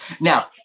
Now